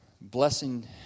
Blessing